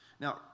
Now